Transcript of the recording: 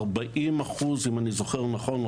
אם אני זוכר נכון,